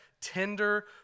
tender